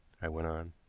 i went on,